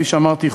כפי שאמרתי,